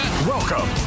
Welcome